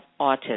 autism